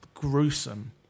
Gruesome